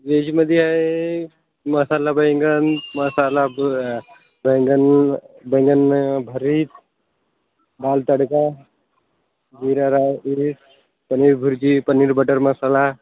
वेजमध्ये आहे मसाला बैंगन मसाला ब बैंगन बैंगनं भरीत दाल तडका जिरा राइस पनीर भुर्जी पनीर बटर मसाला